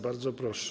Bardzo proszę.